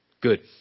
Good